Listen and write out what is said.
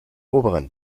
oberen